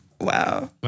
Wow